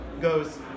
goes